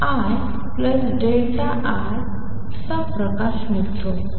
II चा प्रकाश निघतो